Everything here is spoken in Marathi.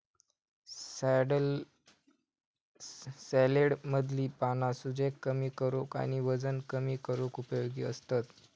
सॅलेडमधली पाना सूजेक कमी करूक आणि वजन कमी करूक उपयोगी असतत